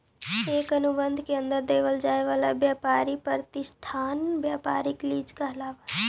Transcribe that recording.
एक अनुबंध के अंतर्गत देवल जाए वाला व्यापारी प्रतिष्ठान व्यापारिक लीज कहलाव हई